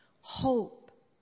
hope